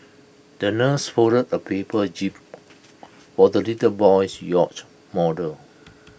the nurse folded A paper jib for the little boy's yacht model